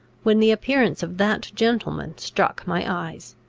when the appearance of that gentleman struck my eyes.